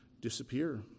disappear